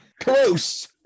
Close